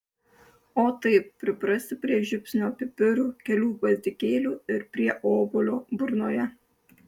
o taip priprasti prie žiupsnio pipirų kelių gvazdikėlių ir prie obuolio burnoje